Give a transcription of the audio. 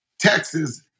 Texas